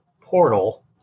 portal